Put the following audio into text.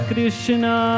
Krishna